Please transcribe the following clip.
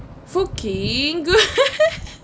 food king good